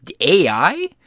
AI